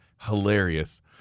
hilarious